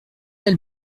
elle